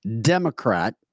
Democrat